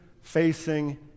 facing